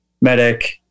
medic